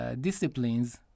disciplines